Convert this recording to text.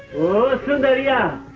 oh sundariya!